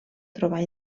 trobar